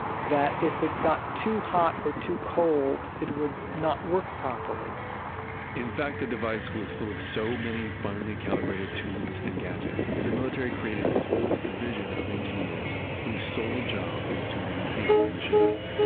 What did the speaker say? that if it got too hot or too cold, it would not work properly in fact, the device was full of so many finely calibrated tubes and gadgets that the military created a whole division of engineers whose sole job was to maintain the machines.